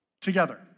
together